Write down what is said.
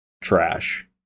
trash